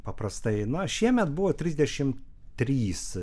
paprastai na šiemet buvo trisdešimt trys